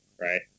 right